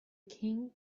king